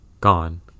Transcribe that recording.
gone